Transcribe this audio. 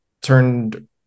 turned